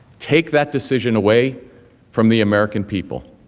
take that decision away from the american people.